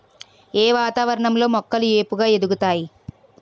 ఏ వాతావరణం లో మొక్కలు ఏపుగ ఎదుగుతాయి?